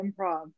Improv